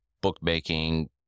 bookmaking